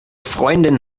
freundin